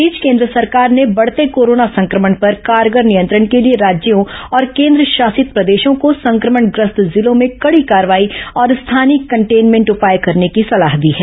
इस बीच केंद्र सरकार ने बढ़ते कोरोना संक्रमण पर कारगर नियंत्रण के लिए राज्यों और केंद्रशासित प्रदेशों को संक्रमण ग्रस्त जिलों में कडी कार्रवाई और स्थानीय कंटेनमेंट उपाय करने की सलाह दी है